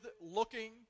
looking